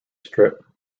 strip